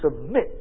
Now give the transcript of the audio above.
submit